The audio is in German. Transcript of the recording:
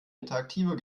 interaktiver